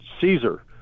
Caesar